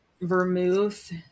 vermouth